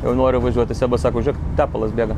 jau noriu važiuoti sebas sako žėk tepalas bėga